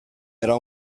era